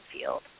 field